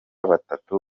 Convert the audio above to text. batatu